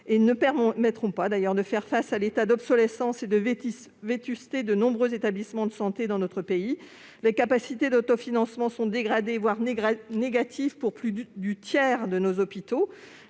ne permettront pas de faire face à l'état d'obsolescence et de vétusté dans lequel se trouvent de nombreux établissements de santé dans notre pays. Les capacités d'autofinancement sont dégradées, voire négatives, pour plus du tiers de nos hôpitaux.